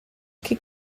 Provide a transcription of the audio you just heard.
che